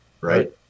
Right